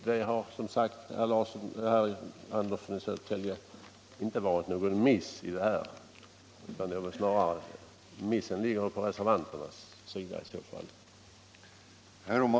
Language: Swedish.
Det har inte varit någon miss från vårt håll i detta fall, herr Andersson i Södertälje, missen har i så fall snarare gjorts av reservanterna.